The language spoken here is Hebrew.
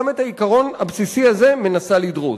גם את העיקרון הבסיסי הזה מנסה לדרוס.